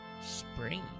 spring